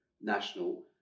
national